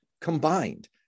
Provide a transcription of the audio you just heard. combined